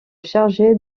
chargé